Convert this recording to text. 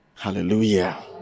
Hallelujah